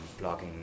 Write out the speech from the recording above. blogging